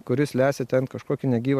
kuris lesė ten kažkokį negyvą